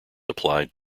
applied